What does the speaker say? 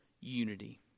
unity